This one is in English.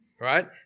right